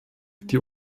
die